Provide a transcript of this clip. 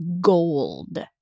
gold